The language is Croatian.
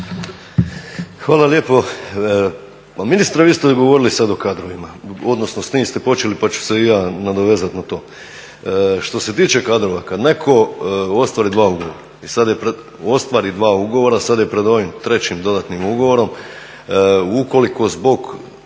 Hvala lijepo. Pa ministre vi ste govorili sad o kadrovima, odnosno s njim ste počeli pa ću se i ja nadovezat na to. Što se tiče kadrova, kad netko ostvari dva ugovora i sad je pred ovim trećim dodatnim ugovorom, ukoliko zbog